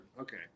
Okay